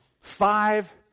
five